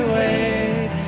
wait